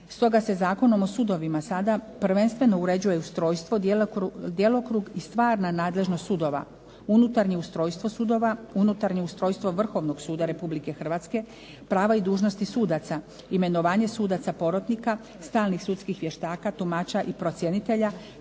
Stoga se Zakonom o sudovima sada prvenstveno uređuje ustrojstvo, djelokrug i stvarna nadležnost sudova, unutarnje ustrojstvo sudova, unutarnje ustrojstvo Vrhovnog suda Republike Hrvatske, prava i dužnosti sudaca, imenovanje sudaca porotnika, stalnih sudskih vještaka, tumača i procjenitelja